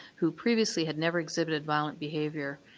who previously had never exhibited violent behaviour,